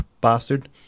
bastard